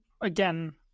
again